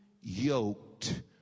yoked